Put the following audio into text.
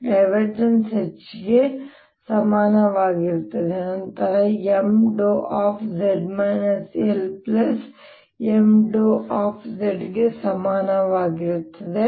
H ಗೆ ಸಮಾನವಾಗಿರುತ್ತದೆ ಅದು ನಂತರ Mδz LMδ ಗೆ ಸಮಾನವಾಗಿರುತ್ತದೆ